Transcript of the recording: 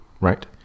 right